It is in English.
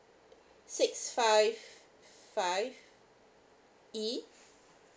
six five five E